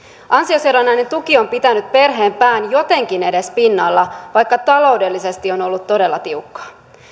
ansiosidonnainen tuki on pitänyt perheen pään jotenkin edes pinnalla vaikka taloudellisesti on ollut todella tiukkaa